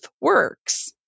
works